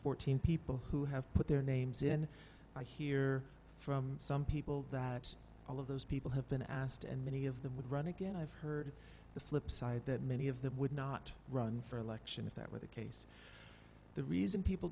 fourteen people who have put their names in i hear from some people that all of those people have been asked and many of them would run again i've heard the flip side that many of them would not run for election if that were the case the reason people